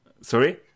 Sorry